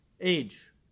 age